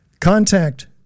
contact